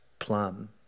Plum